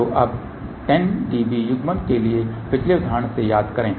तो अब 10 dB युग्मन के लिए पिछले उदाहरण से याद करें